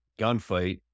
gunfight